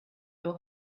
your